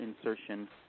insertion